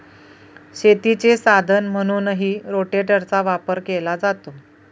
शेतीचे साधन म्हणूनही रोटेटरचा वापर केला जातो